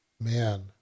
man